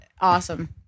awesome